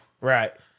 Right